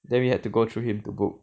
then we had to go through him to book